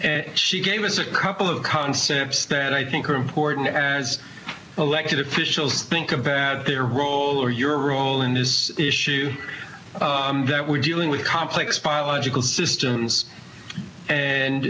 and she gave us a couple of concepts that i think are important as elected officials think about their role or your role in this issue that we're dealing with complex biological systems and